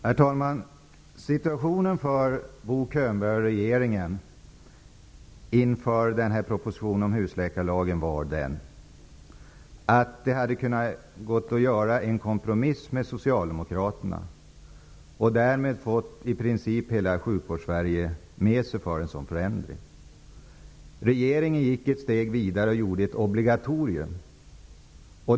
Herr talman! Situationen för Bo Könberg och regeringen inför propositionen om husläkarlagen var den att man hade kunnat göra en kompromiss med Socialdemokraterna. Därmed hade man i princip fått hela Sjukvårdssverige med sig för en förändring. Regeringen gick ett steg vidare och införde ett obligatorium.